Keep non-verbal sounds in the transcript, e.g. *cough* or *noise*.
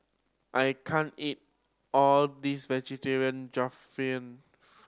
I can't eat all this *unintelligible*